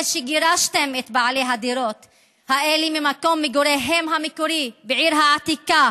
אחרי שגירשתם את בעלי הדירות האלה ממקום מגוריהם המקורי בעיר העתיקה